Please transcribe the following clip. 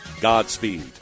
Godspeed